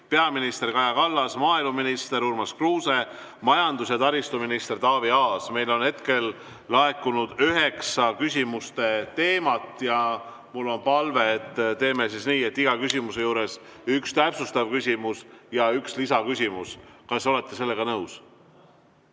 peaminister Kaja Kallas, maaeluminister Urmas Kruuse ning majandus‑ ja taristuminister Taavi Aas. Meile on hetkel laekunud üheksa küsimuste teemat ja mul on palve, et teeme nii, et iga küsimuse juures on üks täpsustav küsimus ja üks lisaküsimus. Kas te olete sellega nõus?